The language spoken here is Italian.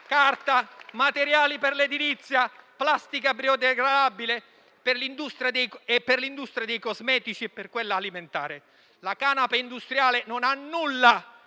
carta, materiali per l'edilizia, plastica biodegradabile per l'industria dei cosmetici e per quella alimentare. La canapa industriale non ha